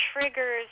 triggers